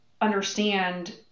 understand